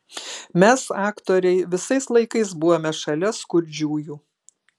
mes aktoriai visais laikais buvome šalia skurdžiųjų